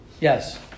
yes